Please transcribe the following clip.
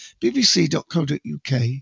bbc.co.uk